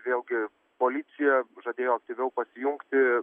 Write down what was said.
vėlgi policija pažadėjo aktyviau pasijungti